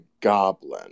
goblin